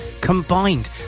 combined